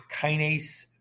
kinase